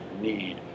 need